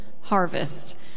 harvest